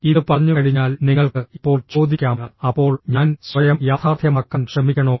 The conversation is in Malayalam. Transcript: ഇത് പറഞ്ഞുകഴിഞ്ഞാൽ നിങ്ങൾക്ക് ഇപ്പോൾ ചോദിക്കാംഃ അപ്പോൾ ഞാൻ സ്വയം യാഥാർത്ഥ്യമാക്കാൻ ശ്രമിക്കണോ